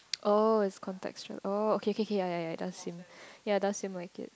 oh it's contextual oh okay okay okay ya ya ya it does seem ya it does seem like it